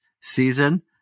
season